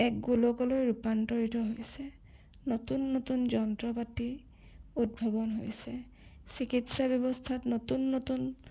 এক গোলকলৈ ৰূপান্তৰিত হৈছে নতুন নতুন যন্ত্ৰ পাতি উদ্ভৱন হৈছে চিকিৎসা ব্যৱস্থাত নতুন নতুন